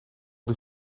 die